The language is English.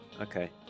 Okay